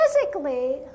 physically